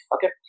Okay